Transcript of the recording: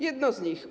Jedno z nich.